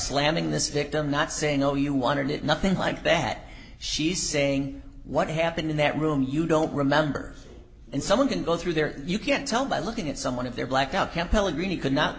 slamming this victim not saying oh you wanted it nothing like that she's saying what happened in that room you don't remember and someone can go through there you can't tell by looking at someone if they're blacked out can't tell and really could not